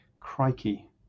crikey